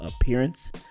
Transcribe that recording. appearance